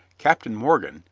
captain morgan,